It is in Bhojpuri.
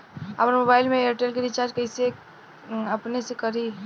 आपन मोबाइल में एयरटेल के रिचार्ज अपने से कइसे करि?